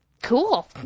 Cool